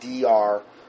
dr